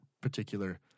particular